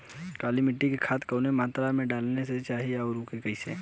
काली मिट्टी में खाद कवने मात्रा में डाले के चाही अउर कइसे?